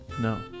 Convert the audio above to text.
No